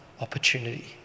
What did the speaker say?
opportunity